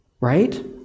right